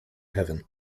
heaven